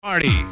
Party